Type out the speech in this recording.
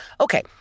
Okay